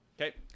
Okay